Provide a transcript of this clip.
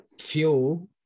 fuel